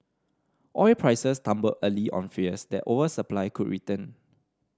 oil prices tumbled early on fears that oversupply could return